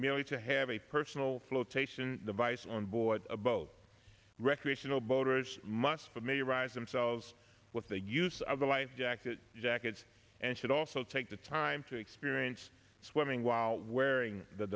merely to have a personal flotation device on board a boat recreational boaters must familiarize themselves with the use of the life jacket jackets and should also take the time to experience swimming while wearing the